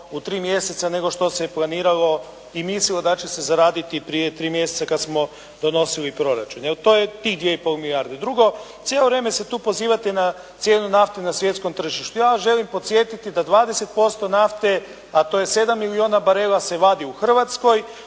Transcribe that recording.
u tri mjeseca nego što se planiralo i mislilo da će se zaraditi prije tri mjeseca kad smo donosili proračun, jer to je tih 2 i pol milijarde. Drugo, cijelo vrijeme se tu pozivate na cijenu nafte na svjetskom tržištu. Ja vas želim podsjetiti da 20% nafte, a to je 7 milijuna barela se vadi u Hrvatskoj